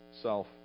self